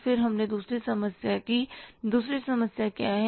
फिर हमने दूसरी समस्या कीदूसरी समस्या क्या है